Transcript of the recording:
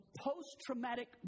post-traumatic